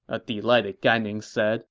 a delighted gan ning said